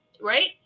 Right